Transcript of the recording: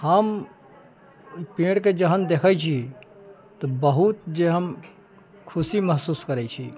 हम पेड़के जहन देखैत छी तऽ बहुत जे हम खुशी महसूस करैत छी